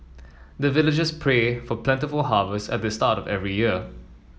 the villagers pray for plentiful harvest at the start of every year